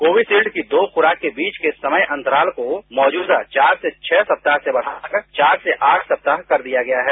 Covishield की दो खुराक के बीच के समय अंतराल को मौजूदा चार से छरू सप्ताह से बढ़ाकर चार से आठ सप्ताह कर दिया गया है